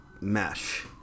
mesh